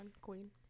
queen